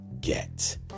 get